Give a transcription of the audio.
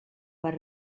per